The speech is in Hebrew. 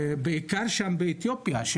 בעיקר שם באתיופיה,